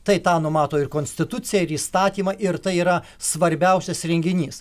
tai tą numato ir konstitucija ir įstatymą ir tai yra svarbiausias renginys